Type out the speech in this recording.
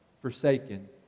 forsaken